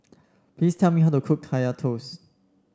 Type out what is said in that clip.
please tell me how to cook Kaya Toast